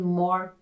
more